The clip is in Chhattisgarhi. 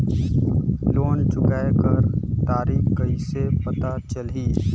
लोन चुकाय कर तारीक कइसे पता चलही?